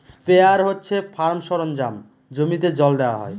sprayer হচ্ছে farm সরঞ্জাম জমিতে জল দেওয়া হয়